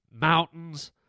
mountains